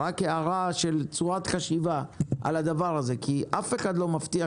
זו רק הערה של צורת חשיבה על הדבר הזה כי אף אחד לא מבטיח